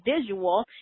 visual